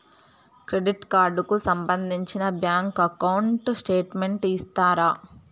Credit card కు సంబంధించిన bank account statement ఇస్తారా?